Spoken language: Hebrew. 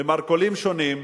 במרכולים שונים,